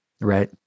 right